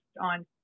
on